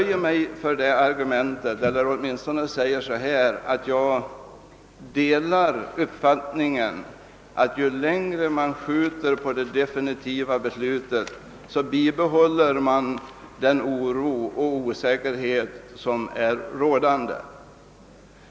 Jag delar uppfattningen att ju längre man skjuter på det definitiva beslutet, desto längre bibehåller man den oro och osäkerhet som är rådande.